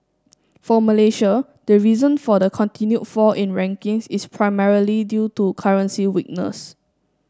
for Malaysia the reason for the continued fall in rankings is primarily due to currency weakness